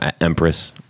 Empress